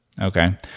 okay